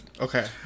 Okay